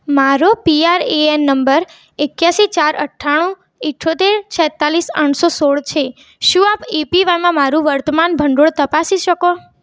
મારો P R A N number એક્યાશી ચાર અઠ્ઠાણું અઠ્યોતેર છેંતાળીસ આઠસો સોળ છે શું આપ એપીવાયમાં મારું વર્તમાન ભંડોળ તપાસી શકો